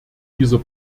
dieser